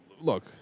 look